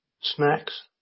snacks